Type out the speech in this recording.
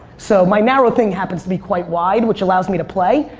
so my narrow thing happens to be quite wide which allows me to play.